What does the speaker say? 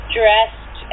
dressed